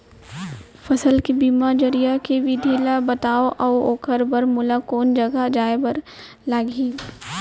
फसल के बीमा जरिए के विधि ला बतावव अऊ ओखर बर मोला कोन जगह जाए बर लागही?